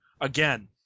Again